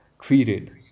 treated